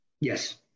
Yes